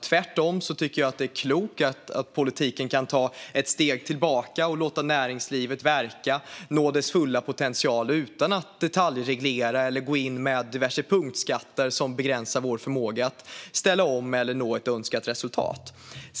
Tvärtom tycker jag att det är klokt att politiken kan ta ett steg tillbaka och låta näringslivet verka för att nå sin fulla potential utan att detaljreglera eller gå in med diverse punktskatter som begränsar vår förmåga att ställa om eller att nå ett önskat resultat.